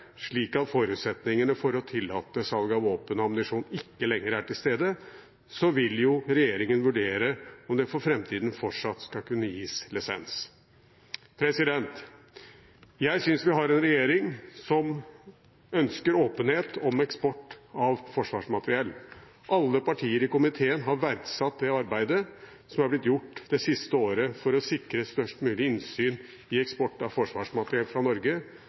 slik at forutsetningene for å tillate salg av våpen og ammunisjon ikke lenger er til stede, vil regjeringen vurdere om det for framtiden fortsatt skal kunne gis lisens. Jeg synes vi har en regjering som ønsker åpenhet om eksport av forsvarsmateriell. Alle partier i komiteen har verdsatt det arbeidet som er blitt gjort det siste året for å sikre størst mulig innsyn i eksport av forsvarsmateriell fra Norge.